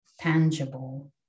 tangible